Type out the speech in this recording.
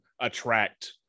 attract